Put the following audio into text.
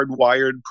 hardwired